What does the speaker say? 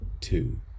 two